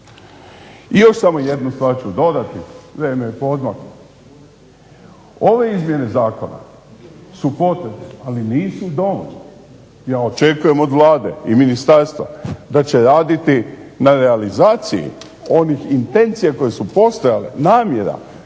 se ne razumije jer ne govori u mikrofon./… ove izmjene zakona su potrebne, ali nisu dovoljne. Ja očekujem od Vlade i ministarstva da će raditi na realizaciji onih intencija koje su postojale, namjera